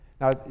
now